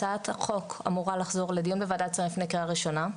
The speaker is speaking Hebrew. הצעת החוק אמורה לחזור לדיון בוועדת שרים לקראת קריאה ראשונה.